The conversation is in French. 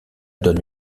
donne